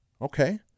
Okay